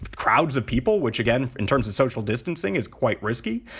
crowds of people, which, again, in terms of social distancing is quite risky.